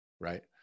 right